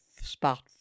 spot